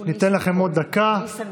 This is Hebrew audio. ניתן לכם עוד דקה